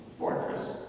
fortress